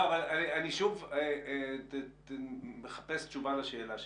אני מחפש תשובה לשאלה שלי.